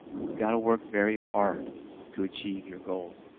you've got to work very hard to achieve your goals.